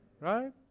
Right